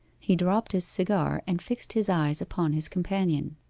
he dropped his cigar, and fixed his eyes upon his companion.